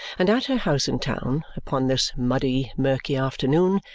and at her house in town, upon this muddy, murky afternoon,